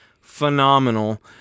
phenomenal